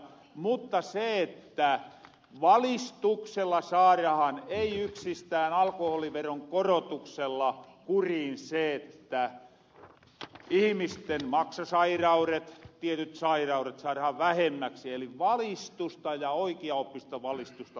mutta valistuksella saarahan ei yksistään alkoholiveron korotuksella kuriin se että ihimisten maksasairauret tietyt sairauret saadahan vähemmäksi eli valistusta oikiaoppista valistusta lisää